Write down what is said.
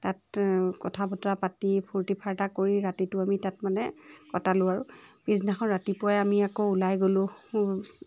তাত কথা বতৰা পাতি ফূৰ্তি ফাৰ্তা কৰি ৰাতিটো আমি তাত মানে কটালোঁ আৰু পিছদিনাখন ৰাতিপুৱাই আমি আকৌ ওলাই গলোঁ